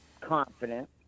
confident